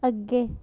अग्गै